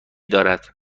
دارد